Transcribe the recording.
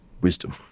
wisdom